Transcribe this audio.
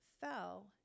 fell